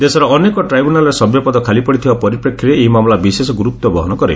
ଦେଶର ଅନେକ ଟ୍ରାଇବୁନାଲ୍ରେ ସଭ୍ୟପଦ ଖାଲିପଡ଼ିଥିବା ପରିପ୍ରେକ୍ଷୀରେ ଏହି ମାମଲା ବିଶେଷ ଗୁରୁତ୍ୱ ବହନ କରେ